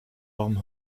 warum